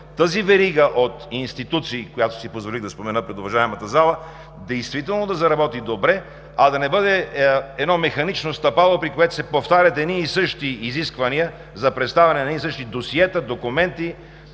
тази верига от институции, която си позволих да спомена пред уважаемата зала, действително да заработи добре, а да не бъде едно механично стъпало, при което се повтарят едни и същи изисквания за представяне на едни и същи досиета, документи,